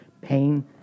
Pain